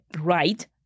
right